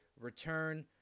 return